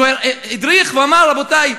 הוא הדריך ואמר: רבותי,